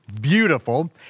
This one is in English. beautiful